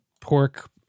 pork